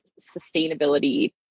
sustainability